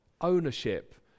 Ownership